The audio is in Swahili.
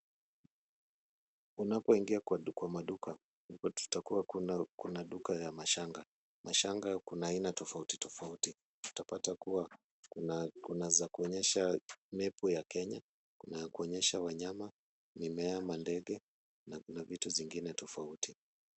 Unapoingia kwa maduka kutakuwa kuna duka ya mashanga. Mashanga kuna aina tofauti tofauti. Tutapata kuwa kuna za kuonyesha mepu ya Kenya, kuna ya kuonyesha wanyama, mimea, mandege na kuna vitu zingine tofauti.